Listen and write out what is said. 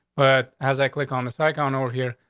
but as i click on this icon over here,